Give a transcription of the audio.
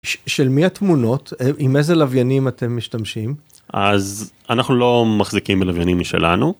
של מי התמונות? עם איזה לוויינים אתם משתמשים? אז אנחנו לא מחזיקים מלוויינים משלנו.